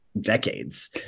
decades